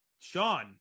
sean